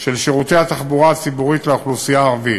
של שירותי התחבורה הציבורית לאוכלוסייה הערבית.